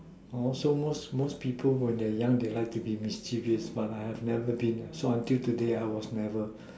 also most most people when they young they like to be mischievous but I have never been so until today I was never